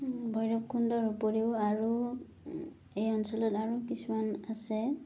ভৈৰৱকুণ্ডৰ উপৰিও আৰু এই অঞ্চলত আৰু কিছুমান আছে